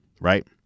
right